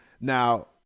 Now